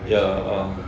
ya uh